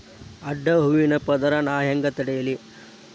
ಅಡ್ಡ ಹೂವಿನ ಪದರ್ ನಾ ಹೆಂಗ್ ತಡಿಲಿ?